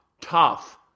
tough